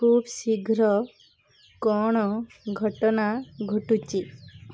ଖୁବ ଶୀଘ୍ର କ'ଣ ଘଟଣା ଘଟୁଛି